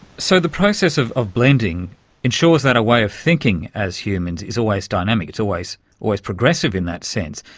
so the process of of blending ensures that our way of thinking as humans is always dynamic, it's always always progressive in that sense.